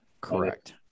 correct